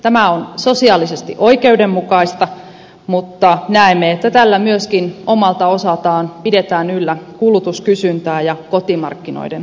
tämä on sosiaalisesti oikeudenmukaista mutta näemme että tällä myöskin omalta osaltaan pidetään yllä kulutuskysyntää ja kotimarkkinoiden toimivuutta